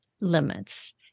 limits